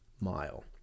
mile